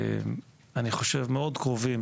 חושב שאנחנו מאוד קרובים